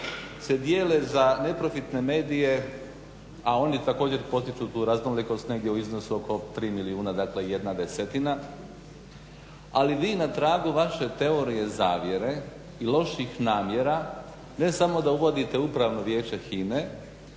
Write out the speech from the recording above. se dijele za neprofitne medije, a oni također potiču tu raznolikost negdje u iznosu oko 3 milijuna, dakle 1/10. Ali vi na tragu vaše teorije zavjere i loših namjera ne samo da uvodite Upravno vijeće HINA-e,